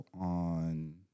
on